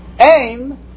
Aim